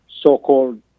so-called